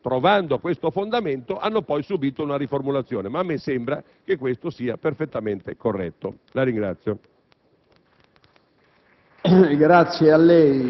Ci sono, invece, molte norme che, trovando questo fondamento, hanno poi subito una riformulazione, ma a me sembra che ciò sia perfettamente corretto. *(Applausi